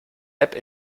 app